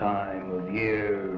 time of year